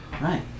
Right